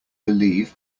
believe